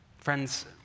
Friends